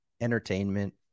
entertainment